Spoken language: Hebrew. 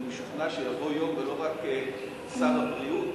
אני משוכנע שיבוא יום ולא רק שר הבריאות,